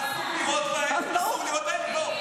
אסור לירות בהם, אסור לירות בהם.